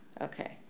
Okay